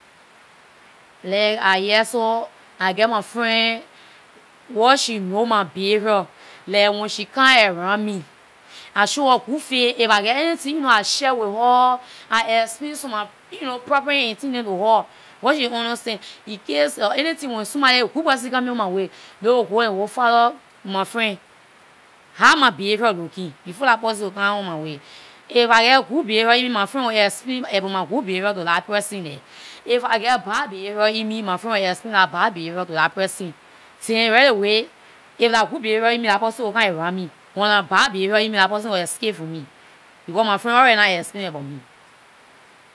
Like I here so, I geh my friend wat she know my behavior. Like when she come around me, I show her good face, if I get anything ehn you know I share with her. I explain some my my problem and things to her where she understand. In case of anything, wen somebody- good person coming my way, they will go and find out from my friend how my behavior looking, before dah person will come on my way. If I get good behavior in me, my friend will explain about my behavior to dah person there. If I get bad behavior me, my friend will explain dah bad behavior to that person. Then right away, if dah good behavior in me dah person will come around me. When dah behavior dah person will escape from me, because my friend nah already nah explain about me.